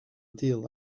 deal